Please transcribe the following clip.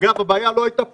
הבעיה לא הייתה פחותה,